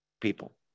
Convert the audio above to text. people